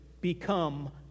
become